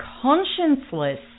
conscienceless